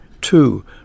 two